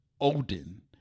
Odin